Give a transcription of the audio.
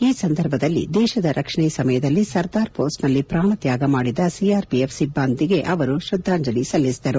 ಈ ಸಂದರ್ಭದಲ್ಲಿ ದೇಶದ ರಕ್ಷಣೆ ಸಮಯದಲ್ಲಿ ಸರ್ದಾರ್ ಪೋಸ್ಟ್ನಲ್ಲಿ ಪ್ರಾಣ ತ್ಯಾಗಮಾಡಿದ ಸಿಆರ್ಪಿಎಫ್ ಸಿಬ್ಬಂದಿಗೆ ಶ್ರದ್ಧಾಂಜಲಿ ಸಲ್ಲಿಸಿದರು